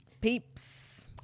Peeps